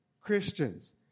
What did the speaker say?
Christians